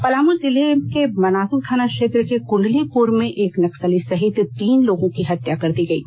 पलामू जिले के मनातू थाना क्षेत्र के कुंडलीपुर में एक नक्सली सहित तीन लोगों की हत्या कर दी गयी